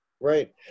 Right